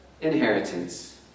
inheritance